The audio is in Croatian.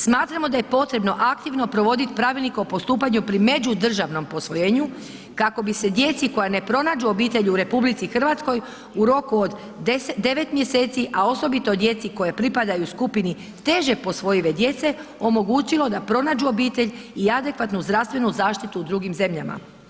Smatramo da je potrebo aktivno provoditi pravilnik o postupanju pri međudržavnom posvojenju kako bi se djeci koja ne pronađu obitelj u RH, u roku od 9 mj. a osobito djeci koja pripadaju skupini teže posvojive djece omogućilo da pronađu obitelj i adekvatnu zdravstvenu zaštitu u drugim zemljama.